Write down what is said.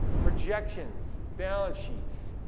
projections, balance sheets,